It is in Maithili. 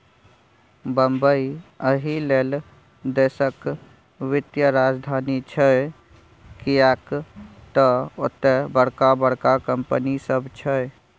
बंबई एहिलेल देशक वित्तीय राजधानी छै किएक तए ओतय बड़का बड़का कंपनी सब छै